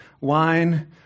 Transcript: wine